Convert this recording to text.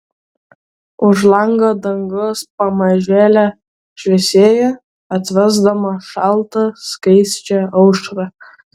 už lango dangus pamažėle šviesėjo atvesdamas šaltą skaisčią aušrą